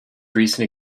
recent